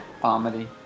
comedy